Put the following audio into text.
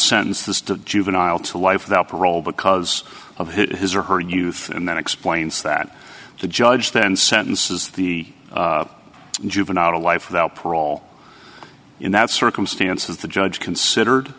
sentence the juvenile to life without parole because of his or her youth and then explains that the judge then sentences the juvenile to life without parole in that circumstances the judge considered